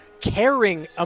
caring